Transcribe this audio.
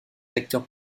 acteurs